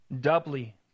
Doubly